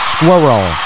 Squirrel